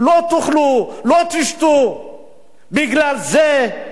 בגלל זה אנחנו איבדנו 5,000 אנשים,